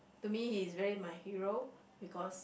to me he's really my hero because